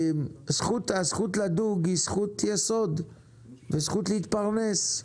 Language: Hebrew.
הזכות לדוג היא זכות-יסוד וזכות להתפרנס.